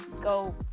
go